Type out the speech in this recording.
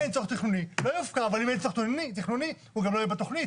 אין צורך תכנוני, הוא לא יופקע.